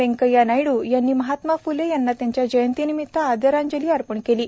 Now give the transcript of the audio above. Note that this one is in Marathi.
व्यंकय्या नायडू यांनी महात्मा फ्ले यांना त्यांच्या जयंतीनिमित्त आदरांजली वाहिली आहे